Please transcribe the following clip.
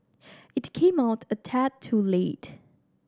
it came out a tad too late